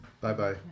Bye-bye